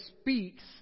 speaks